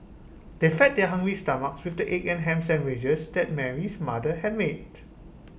they fed their hungry stomachs with the egg and Ham Sandwiches that Mary's mother had made